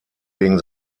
gegen